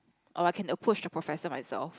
or I can approach the professor myself